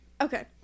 okay